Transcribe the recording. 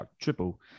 triple